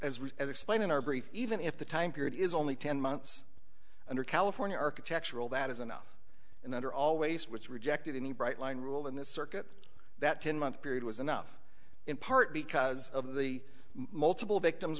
as explained in our brief even if the time period is only ten months under california architectural that is an up and under always which rejected any bright line rule in this circuit that ten month period was enough in part because of the multiple victims